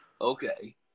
okay